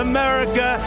America